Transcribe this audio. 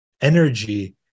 energy